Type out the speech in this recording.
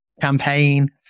campaign